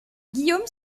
guillaume